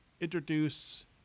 introduce